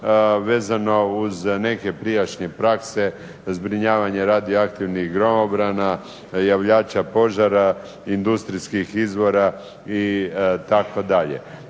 vezano uz neke prijašnje prakse zbrinjavanja radioaktivnih gromobrana, javljača požara, industrijskih izvora itd. Dakle